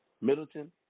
Middleton